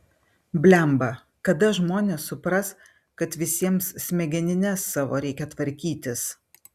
blemba kada žmonės supras kad visiems smegenines savo reikia tvarkytis